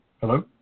Hello